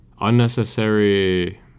unnecessary